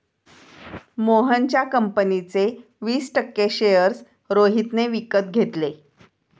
मोहनच्या कंपनीचे वीस टक्के शेअर्स रोहितने विकत घेतले